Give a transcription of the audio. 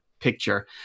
picture